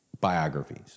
biographies